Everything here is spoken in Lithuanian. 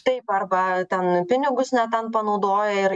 taip arba ten pinigus ne ten panaudoja ir